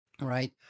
right